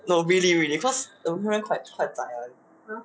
no really really cause the boyfriend quite quite zai [one]